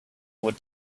would